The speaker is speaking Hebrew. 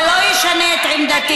זה לא ישנה את עמדתי.